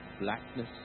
blackness